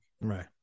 right